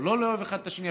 או לא לאהוב אחד את השני,